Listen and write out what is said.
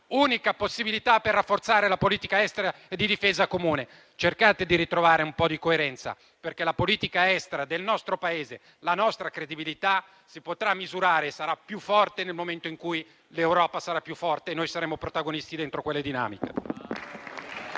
unica possibilità per rafforzare la politica estera e di difesa comune. Cercate di ritrovare un po' di coerenza, perché la politica estera del nostro Paese e la nostra credibilità si potranno misurare e saranno più forti nel momento in cui l'Europa sarà più forte e noi saremo protagonisti dentro quelle dinamiche.